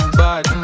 bad